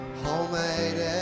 homemade